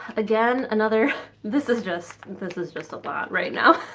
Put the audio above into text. again another this is just this is just a lot right now